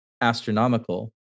astronomical